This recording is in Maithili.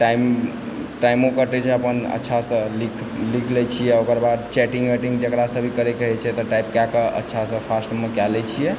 टाइमो कटय छै अपन अच्छासँ लिख लय छी ओकर बाद चैटिंग वाइटिंग जकरासँ भी करयके रहय छै तऽ टाइप कएकऽ अच्छासँ फास्टमे कए लय छियै